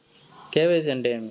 KYC అంటే ఏమి?